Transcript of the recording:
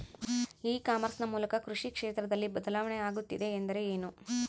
E commerce ನ ಮೂಲಕ ಕೃಷಿ ಕ್ಷೇತ್ರದಲ್ಲಿ ಬದಲಾವಣೆ ಆಗುತ್ತಿದೆ ಎಂದರೆ ಏನು?